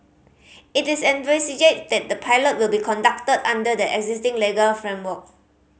it is envisaged that the pilot will be conducted under the existing legal framework